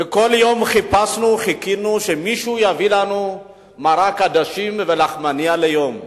וכל יום חיכינו שמישהו יביא לנו מרק עדשים ולחמנייה ליום.